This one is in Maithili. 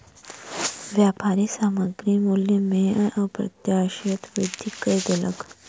व्यापारी सामग्री मूल्य में अप्रत्याशित वृद्धि कय देलक